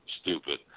stupid